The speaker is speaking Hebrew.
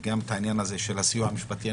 וגם העניין של הסיוע המשפטי,